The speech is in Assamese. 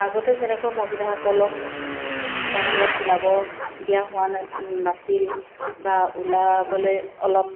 আগতে যেনেকৈ মহিলাসকলক বাহিৰত ওলাব দিয়া হোৱা না নাছিল বা ওলাবলৈ অলপ